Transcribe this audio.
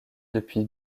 depuis